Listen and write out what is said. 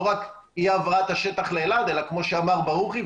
לא רק אי העברת השטח לאלעד אלא כמו שאמר ברוכי,